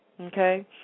okay